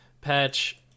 patch